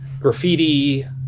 graffiti